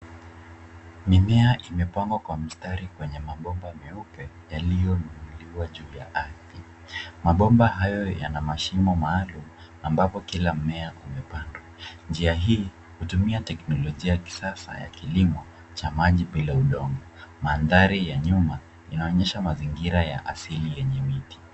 Mimea imepangwa kwa mstari kwenye mabomba meupe yaliyoinuliwa juu ya ardhi. Mabomba hayo yana mashimo maalum ambapo kila mmea umepandwa. Njia hii hutumia teknolojia ya kisasa ya kilimo cha maji bila udongo. Mandhari ya nyuma inaonyesha mazingira ya asili yenye miti.